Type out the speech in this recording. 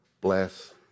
bless